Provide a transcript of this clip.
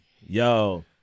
Yo